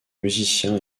musicien